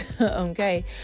Okay